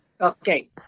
Okay